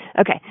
Okay